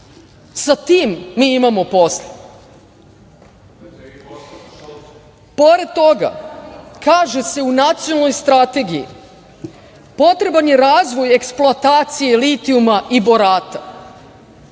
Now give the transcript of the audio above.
Sa tim mi imamo posla. Pored toga, kaže se u nacionalnoj strategiji – potreban je razvoj ekspoloatacije litijuma i borata